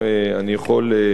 אני יכול להזכיר